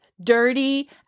dirty